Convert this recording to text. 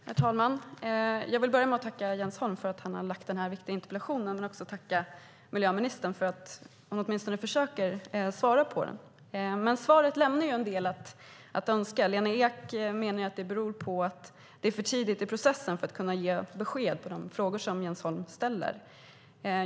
Herr talman! Jag vill börja med att tacka Jens Holm för att han har ställt den här viktiga interpellationen. Jag vill också tacka miljöministern för att hon åtminstone försöker svara på den. Men svaret lämnar en del att önska. Lena Ek menar att det beror på att det är för tidigt i processen för att kunna ge besked i de frågor som Jens Holm ställer.